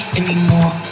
anymore